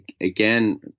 again